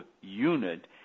unit